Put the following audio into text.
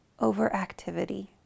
overactivity